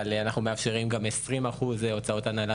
אבל אנחנו מאפשרים גם 20% בהוצאות הנהלה